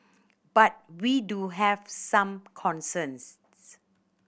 but we do have some concerns